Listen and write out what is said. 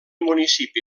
municipi